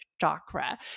chakra